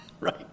right